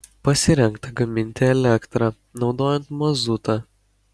pasirengta gaminti elektrą naudojant mazutą